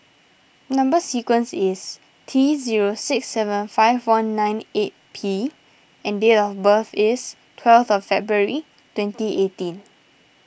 Number Sequence is T zero six seven five one nine eight P and date of birth is twelve of February twenty eighteen